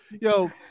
Yo